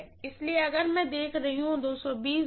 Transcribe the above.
इसलिए अगर मैं देख रही V हूँ